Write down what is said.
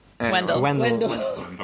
Wendell